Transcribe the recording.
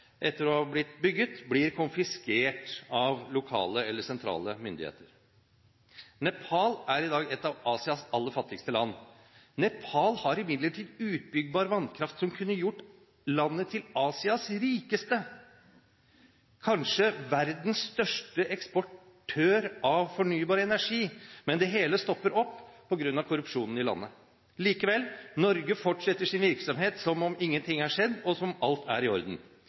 etter at det er bygget, blir konfiskert av lokale eller sentrale myndigheter. Nepal er i dag et av Asias aller fattigste land. Nepal har imidlertid utbyggbar vannkraft som kunne gjort landet til Asias rikeste – kanskje verdens største eksportør av fornybar energi. Men det hele stopper opp på grunn av korrupsjonen i landet. Likevel: Norge fortsetter sin virksomhet som om ingenting har skjedd, og som om alt er i orden.